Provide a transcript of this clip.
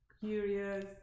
curious